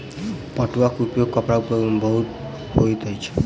पटुआ के उपयोग कपड़ा उद्योग में बहुत होइत अछि